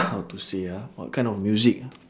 how to say ah what kind of music